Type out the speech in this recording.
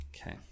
Okay